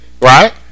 Right